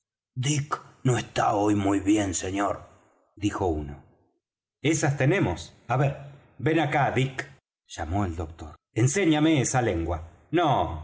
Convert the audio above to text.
no está hoy muy bien señor dijo uno esas tenemos á ver ven acá dick llamó el doctor enséñame esa lengua no